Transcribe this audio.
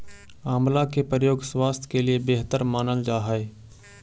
आंवला के प्रयोग स्वास्थ्य के लिए बेहतर मानल जा हइ